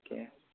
ঠিকে আছে